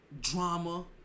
drama